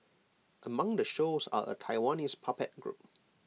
among the shows are A Taiwanese puppet group